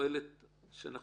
שלא